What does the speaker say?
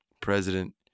President